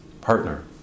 partner